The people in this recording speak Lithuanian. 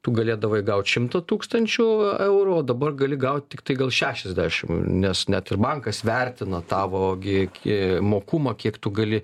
tu galėdavai gaut šimtą ūkstančių eurų o dabar gali gaut tiktai gal šešiasdešimt nes net ir bankas vertina tavo gi gi mokumą kiek tu gali